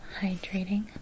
hydrating